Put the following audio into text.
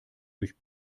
durch